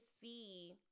see